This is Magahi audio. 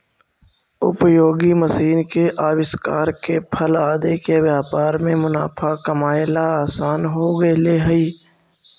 उपयोगी मशीन के आविष्कार से फल आदि के व्यापार में मुनाफा कमाएला असान हो गेले हई